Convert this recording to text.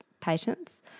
patients